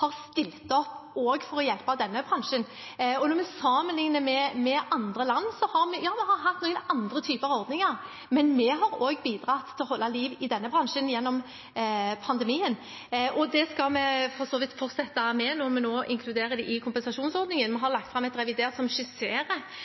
har stilt opp for å hjelpe også denne bransjen. Når vi sammenligner med andre land, har vi hatt andre typer ordninger, men vi har også bidratt til å holde liv i denne bransjen gjennom pandemien, og det skal vi for så vidt fortsette med når vi nå inkluderer dem i kompensasjonsordningen. Vi har lagt fram et revidert nasjonalbudsjett som skisserer